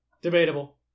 Debatable